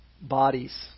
bodies